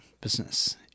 business